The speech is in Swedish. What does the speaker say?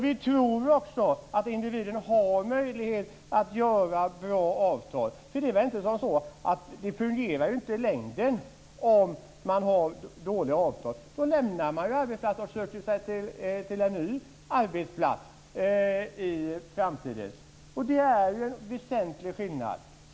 Vi tror också att individen har möjlighet att sluta bra avtal, för det fungerar ju inte i längden om man har dåliga avtal. Då lämnar man ju arbetsplatsen och söker sig till en ny arbetsplats i framtiden. Detta är en väsentlig skillnad.